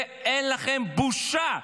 ואין לכם בושה.